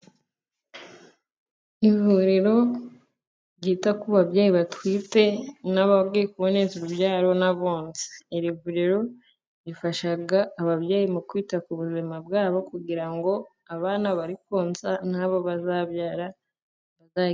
Ivuriro ryita ku babyeyi batwite n'abagiye kuboneza urubyaro n'abonsa. Iri vuriro rifasha ababyeyi mu kwita ku buzima bwabo, kugira ngo abana bari konsa n'abo bazabyara...